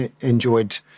enjoyed